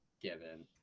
Given